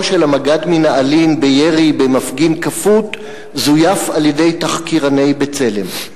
של "המג"ד מנעלין" בירי במפגין כפות זויף על-ידי תחקירני "בצלם".